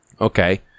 Okay